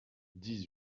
dix